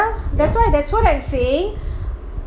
ya that's why that's what I'm saying